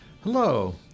Hello